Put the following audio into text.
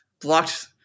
blocked